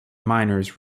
miners